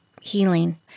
healing